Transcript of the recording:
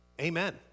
Amen